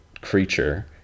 creature